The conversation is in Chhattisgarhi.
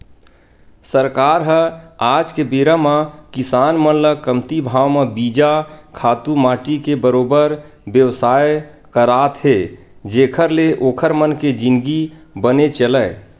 सरकार ह आज के बेरा म किसान मन ल कमती भाव म बीजा, खातू माटी के बरोबर बेवस्था करात हे जेखर ले ओखर मन के जिनगी बने चलय